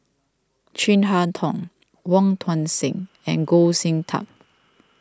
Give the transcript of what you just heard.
Chin Harn Tong Wong Tuang Seng and Goh Sin Tub